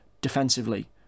defensively